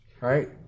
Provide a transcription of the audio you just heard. Right